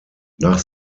nach